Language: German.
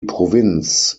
provinz